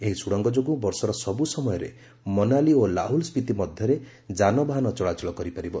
ଏହି ସୁଡ଼ଙ୍ଗ ଯୋଗୁଁ ବର୍ଷର ସବୁ ସମୟରେ ମନାଲି ଓ ଲାହୁଲ ସ୍ୱିତି ମଧ୍ୟରେ ଯାନବାହନ ଚଳାଚଳ କରିପାରିବ